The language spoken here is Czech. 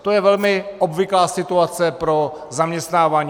To je velmi obvyklá situace pro zaměstnávání.